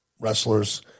wrestlers